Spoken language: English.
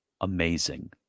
amazing